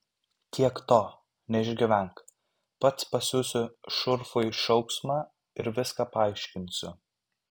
tiek to neišgyvenk pats pasiųsiu šurfui šauksmą ir viską paaiškinsiu